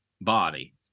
body